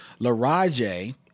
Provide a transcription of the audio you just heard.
Laraje